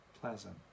pleasant